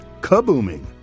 kabooming